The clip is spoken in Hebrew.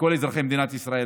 לכל אזרחי מדינת ישראל,